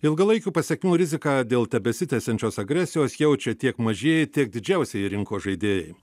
ilgalaikių pasekmių riziką dėl tebesitęsiančios agresijos jaučia tiek mažieji tiek didžiausieji rinkos žaidėjai